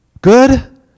Good